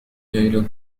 إلى